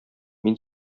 мин